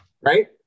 right